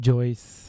Joyce